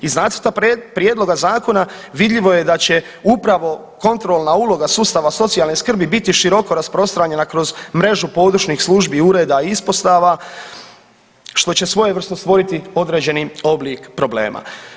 Iz nacrta prijedloga zakona vidljivo je da će upravo kontrolna uloga sustava socijalne skrbi biti široko rasprostranjena kroz mrežu područnih službi, ureda i ispostava, što će svojevrsno stvoriti određeni oblik problema.